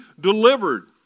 delivered